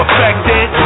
affected